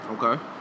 Okay